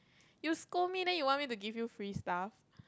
you scold me then you want me to give you free stuff